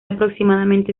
aproximadamente